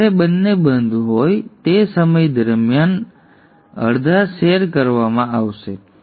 તેથી જ્યારે બંને બંધ હોય તે સમય દરમિયાન અડધા અને અડધા શેર કરવામાં આવશે